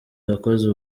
wakoze